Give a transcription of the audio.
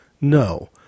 No